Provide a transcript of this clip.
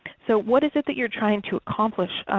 so what is it that you are trying to accomplish,